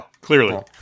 clearly